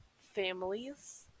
families